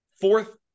fourth